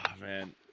man